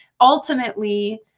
Ultimately